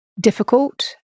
difficult